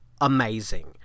amazing